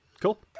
Cool